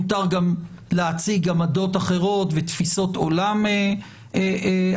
מותר גם להציג עמדות אחרות ותפיסות עולם אחרות.